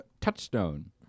touchstone